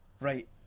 right